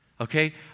okay